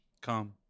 Come